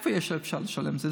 מאיפה אפשר לשלם את זה?